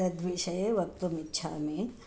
तद्विषये वक्तुम् इच्छामि